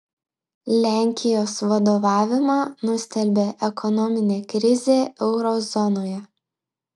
lenkijos vadovavimą nustelbė ekonominė krizė euro zonoje